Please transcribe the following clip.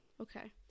Okay